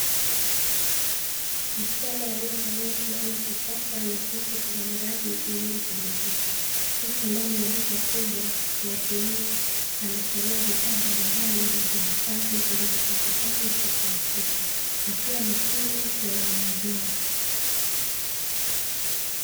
Msichana aliyevalia suruali ya kisasa na tisheti la ndadi iliyompendezesha, yupo ndani ya duka kubwa kwa utulivu anachagua bidhaa mbalimbali, na kuhifadhi kwenye kikapu chake cha plastiki akiwa makini na ununuzi wake.